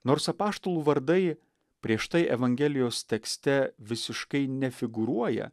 nors apaštalų vardai prieš tai evangelijos tekste visiškai nefigūruoja